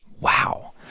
Wow